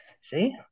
See